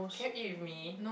can you eat with me